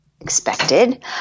expected